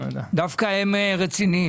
דווקא הם רציניים.